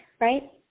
Right